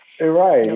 Right